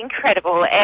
incredible